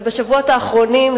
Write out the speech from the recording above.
ובשבועות האחרונים,